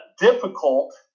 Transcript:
difficult